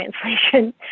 translation